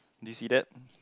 do you see that